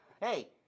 Hey